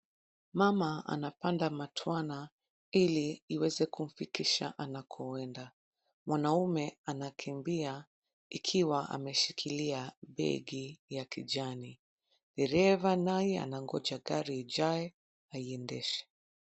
Mama, anapanda matwana, ili iweze kumfikisha anakoenda. Mwanaume anakimbia, ikiwa ameshikilia begi ya kijani, dereva naye anangoja gari ijae, na aiendeshe.